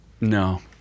No